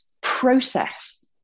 process